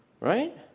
right